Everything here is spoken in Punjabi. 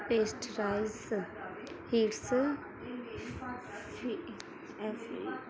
pasteurise heats fee F E